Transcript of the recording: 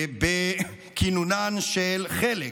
בכינונם של חלק